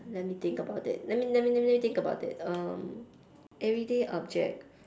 let me think about it let me let me let me think about it um everyday objects